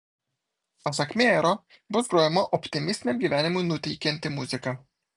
pasak mejero bus grojama optimistiniam gyvenimui nuteikianti muzika